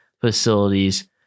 facilities